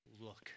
look